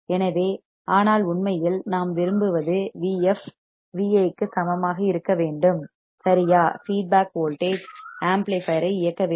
எனவே ஆனால் உண்மையில் நாம் விரும்புவது Vf Vi க்கு சமமாக இருக்க வேண்டும் சரியா ஃபீட்பேக் வோல்டேஜ் ஆம்ப்ளிபையர் ஐ இயக்க வேண்டும்